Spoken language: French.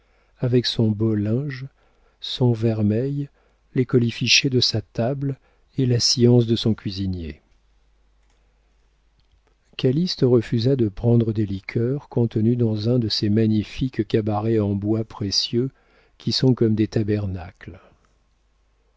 avec son beau linge son vermeil les colifichets de sa table et la science de son cuisinier calyste refusa de prendre des liqueurs contenues dans un de ces magnifiques cabarets en bois précieux qui sont comme des tabernacles